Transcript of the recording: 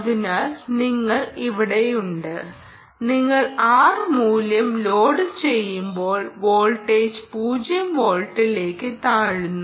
അതിനാൽ നിങ്ങൾ ഇവിടെയുണ്ട് നിങ്ങൾ R മൂല്യം ലോഡുചെയ്യുമ്പോൾ വോൾട്ടേജ് 0 വോൾട്ടിലേക്ക് താഴുന്നു